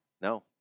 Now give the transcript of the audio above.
No